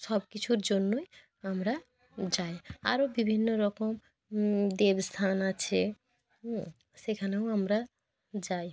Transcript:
সব কিছুর জন্যই আমরা যাই আরো বিভিন্ন রকম দেব স্থান আছে সেখানেও আমরা যাই